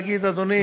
להגיד: אדוני,